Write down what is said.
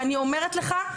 אני אומר לך,